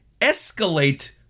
escalate